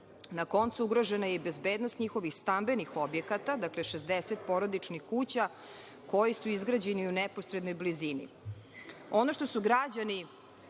Na koncu, ugrožena je i bezbednost njihovih stambenih objekata, dakle, 60 porodičnih kuća, koji su izgrađeni u neposrednoj blizini. Ono